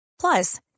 Plus